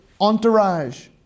entourage